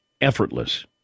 Effortless